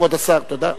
כבוד השר, תודה.